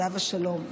עליו השלום.